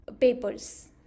papers